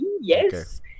yes